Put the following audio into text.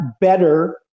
better